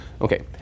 Okay